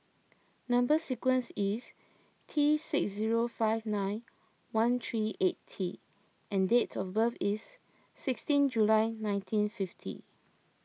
Number Sequence is T six zero five nine one three eight T and dates of birth is sixteen July nineteen fifty